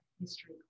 history